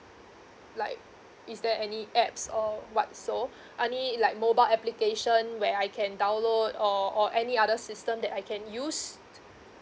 like is there any apps or whatso any like mobile application where I can download or or any other system that I can use